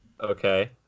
Okay